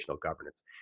governance